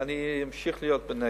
ואני אמשיך להיות נגד.